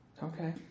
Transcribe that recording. Okay